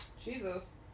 Jesus